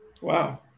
Wow